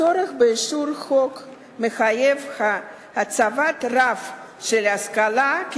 הצורך באישור חוק המחייב הצבת רף של השכלה רלוונטית